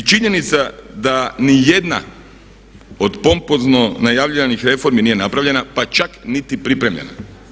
I činjenica da ni jedna od pompozno najavljivanih reformi nije napravljena, pa čak niti pripremljena.